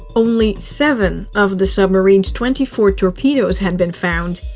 only seven of the submarine's twenty four torpedoes had been found.